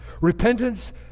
Repentance